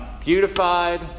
beautified